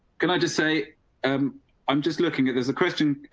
can i just say um i'm just looking at this? a question?